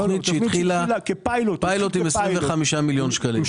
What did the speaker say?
זה תוכנית שהתחילה כפיילוט עם 25 מיליון שקלים.